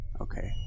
Okay